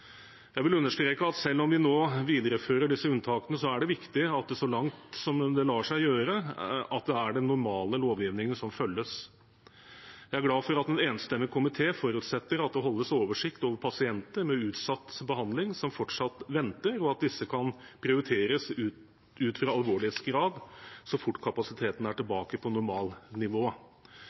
Jeg vil understreke at selv om vi nå viderefører disse unntakene, er det viktig, så langt det lar seg gjøre, at det er den normale lovgivningen som følges. Jeg er glad for at en enstemmig komité forutsetter at det holdes oversikt over pasienter med utsatt behandling som fortsatt venter, og at disse kan prioriteres ut fra alvorlighetsgrad så fort kapasiteten er tilbake på normalt nivå.